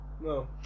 No